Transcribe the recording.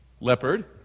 leopard